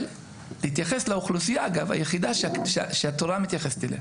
להתייחס לאוכלוסייה היחידה שהתורה מתייחסת אליה,